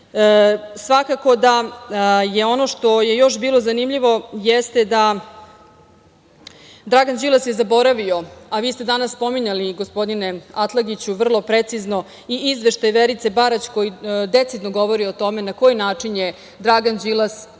medija. Svakako da je ono što je još bilo zanimljivo jeste da Dragan Đilas je zaboravio, a vi ste danas spominjali, gospodine Atlagiću, vrlo precizno i izveštaj Verice Barać koji decidno govori o tome na koji način je Dragan Đilas u